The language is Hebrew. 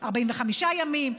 45 ימים,